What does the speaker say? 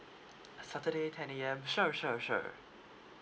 saturday ten A_M sure sure sure